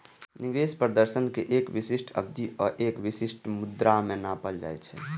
निवेश प्रदर्शन कें एक विशिष्ट अवधि आ एक विशिष्ट मुद्रा मे नापल जाइ छै